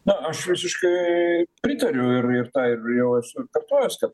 na aš visiškai pritariu ir tą jau esu kartojęs kad